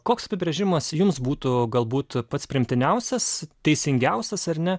koks apibrėžimas jums būtų galbūt pats priimtiniausias teisingiausias ar ne